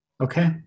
Okay